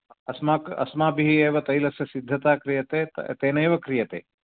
अस्मा अस्माभिः एव तैलस्य सिद्धता क्रियते तेनैव क्रियते